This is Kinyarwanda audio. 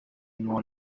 n’uwo